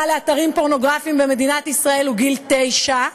לאתרים פורנוגרפיים במדינת ישראל הוא תשע,